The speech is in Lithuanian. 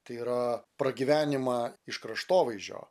tai yra pragyvenimą iš kraštovaizdžio